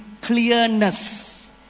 clearness